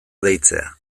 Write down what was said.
deitzea